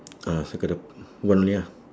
ah circle the one only ah